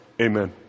Amen